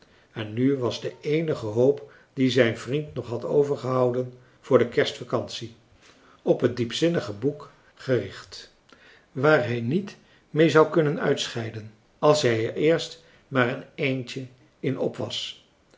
en nu was de eenige hoop die zijn vriend nog had overgehouden voor de kerstvakantie op het diepzinnige boek gericht waar hij niet mee zou kunnen uitscheiden als hij er eerst maar een eindje in op was